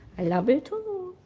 i love you, too.